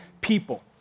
people